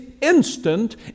instant